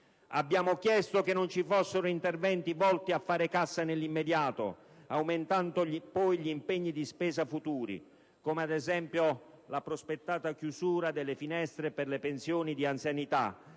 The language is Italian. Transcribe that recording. Abbiamo chiesto che non ci fossero interventi volti a fare cassa nell'immediato, aumentando poi gli impegni di spesa futuri, come ad esempio la prospettata chiusura delle finestre per le pensioni di anzianità,